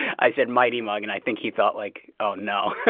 i said, mighty mug. and i think he thought, like, oh, no